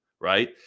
right